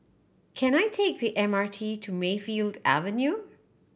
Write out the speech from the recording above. can I take the M R T to Mayfield Avenue